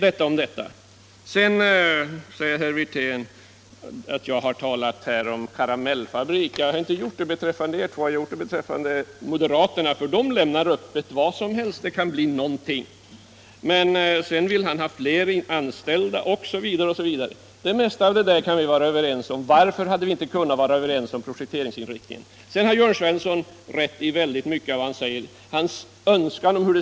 Herr Wirtén säger att jag har talat om karamellfabrik. Ja, men jag har bara gjort det beträffande moderaterna, som bara säger att det skall bli någonting utan att precisera sig. Herr Wirtén vill sedan ha fler anställda osv. Det kan vi vara överens om. Men varför kunde vi då inte bli överens om projekteringsinriktningen? Herr Svensson i Malmö har rätt i mycket av vad han säger.